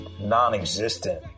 non-existent